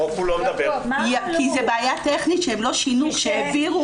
החוק --- כי זו בעיה טכנית שהם לא שינו כשהעבירו